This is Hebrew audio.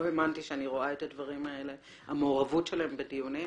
לא האמנתי שאני רואה את הדברים הללו המעורבות שלהם בדיונים.